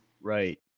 right